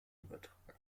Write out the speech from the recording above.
übertragen